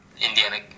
Indiana